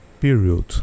period